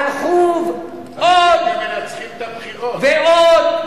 הלכו עוד ועוד,